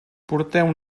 porteu